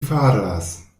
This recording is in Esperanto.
faras